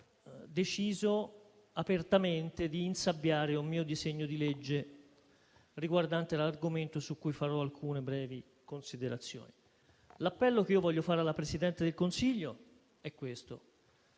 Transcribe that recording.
deciso apertamente di insabbiare un mio disegno di legge riguardante l'argomento su cui farò alcune brevi considerazioni. L'appello che voglio fare alla Presidente del Consiglio è il